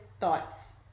thoughts